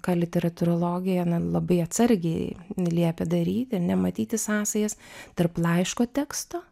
ką literatūrologija na labai atsargiai liepia daryti ar ne matyti sąsajas tarp laiško teksto